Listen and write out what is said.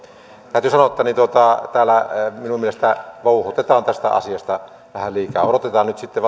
täytyy sanoa että täällä minun mielestäni vouhotetaan tästä asiasta vähän liikaa odotetaan nyt sitten